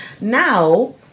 Now